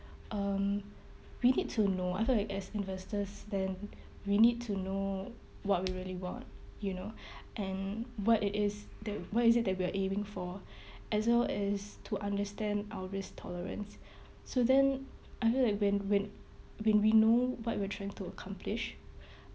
um we need to know other than as investors then we need to know what we really want you know and what it is that what is it that we are aiming for as well as to understand our risk tolerance so then I feel like when when when we know what we're trying to accomplish